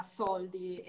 soldi